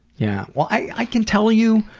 yeah well i can tell you,